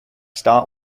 start